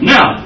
Now